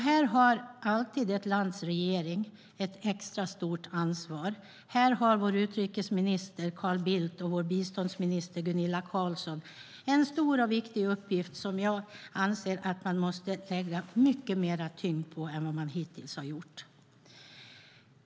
Här har alltid ett lands regering ett extra stort ansvar. Här har vår utrikesminister Carl Bildt och vår biståndsminister Gunilla Carlsson en stor och viktig uppgift som jag anser att man måste lägga mycket mer tyngd på än man hittills har gjort.